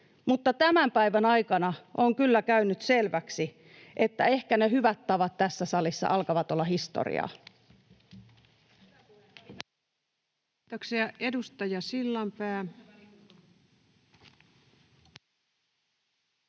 tämän päivän aikana on kyllä käynyt selväksi, että ehkä ne hyvät tavat tässä salissa alkavat olla historiaa. [Krista Kiuru: Mitä